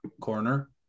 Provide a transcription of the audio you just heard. corner